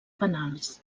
penals